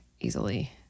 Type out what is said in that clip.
easily